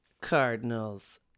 Cardinals